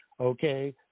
Okay